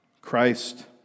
Christ